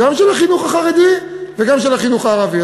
גם של החינוך החרדי וגם של החינוך הערבי.